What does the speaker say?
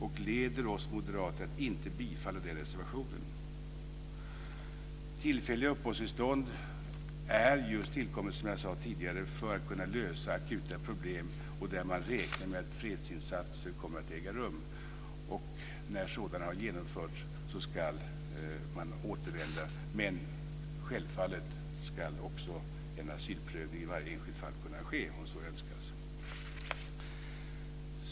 Det leder oss moderater till att inte bifalla den reservationen. Tillfälliga uppehållstillstånd är, som jag sade tidigare, just tillkomna för att kunna lösa akuta problem där man räknar med att fredsinsatser kommer att äga rum. När sådana har genomförts ska man återvända, men självfallet ska också en asylprövning i varje enskilt fall kunna ske om så önskas. Fru talman!